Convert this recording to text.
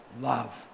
love